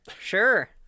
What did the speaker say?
sure